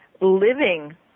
living